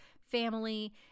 family